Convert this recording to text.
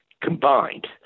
combined